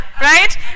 Right